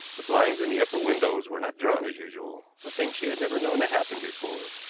the blinds in the upper windows were not drawn as usual, a thing she had never known to happen before.